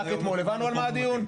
רק אתמול הבנו על מה הדיון.